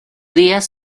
días